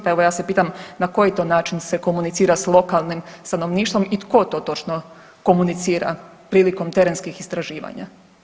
Pa evo ja se pitam na koji to način se komunicira s lokalnim stanovništvom i tko to točno komunicira prilikom terenskih istraživanja?